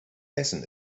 essen